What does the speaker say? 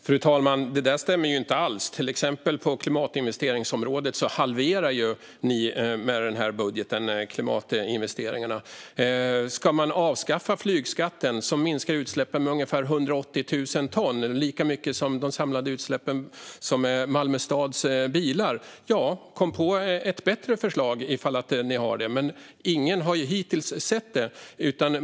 Fru talman! Det där stämmer inte alls. På exempelvis klimatinvesteringsområdet halverar ni investeringarna genom denna budget. Ni vill avskaffa flygskatten, som minskar utsläppen med ungefär 180 000 ton. Det är lika mycket som de samlade utsläppen från Malmö stads bilar. Kom då med ett bättre förslag! Men ingen har hittills sett något sådant.